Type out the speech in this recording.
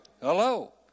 Hello